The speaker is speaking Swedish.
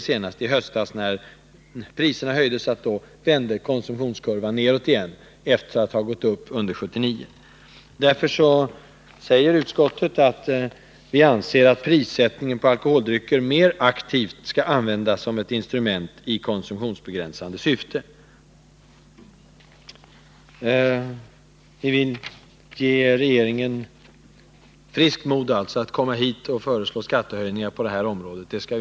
Senast i höstas kunde vi konstatera att konsumtionskurvan, efter att ha gått upp under 1979, vände nedåt när priserna höjdes. Utskottet säger därför att prissättningen på alkoholdrycker mer aktivt skall användas som ett instrument i konsumtionsbegränsande syfte. Vi vill alltså ge regeringen friskt mod att föreslå riksdagen skattehöjningar på det här området.